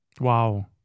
Wow